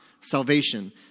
salvation